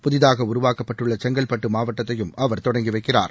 புதிதாகஉருவாக்கப்பட்டுள்ளசெங்கல்பட்டுமாவட்டத்தையும் அவர் தொடங்கிவைக்கிறார்